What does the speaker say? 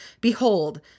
behold